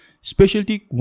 Specialty